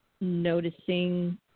noticing